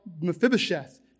Mephibosheth